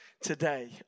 today